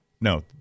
No